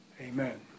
Amen